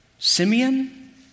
Simeon